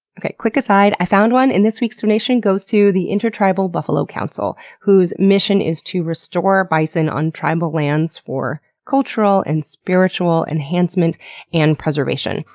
okay, quick aside i found one, and this week's donation goes to the intertribal buffalo council whose mission is to restore bison on tribal lands for cultural and spiritual enhancement and preservation.